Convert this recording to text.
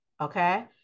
okay